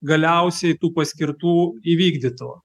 galiausiai tų paskirtų įvykdytų